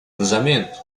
cruzamento